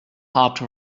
hopped